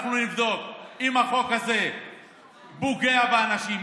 אנחנו נבדוק אם החוק הזה פוגע באנשים,